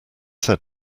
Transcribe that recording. said